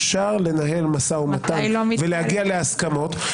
אפשר לנהל משא ומתן ולהגיע להסכמות.